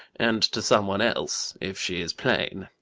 and to some one else, if she is plain.